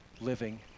living